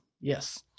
Yes